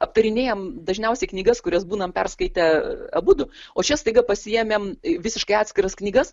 aptarinėjam dažniausiai knygas kurias būname perskaitę abudu o čia staiga pasiėmėm visiškai atskiras knygas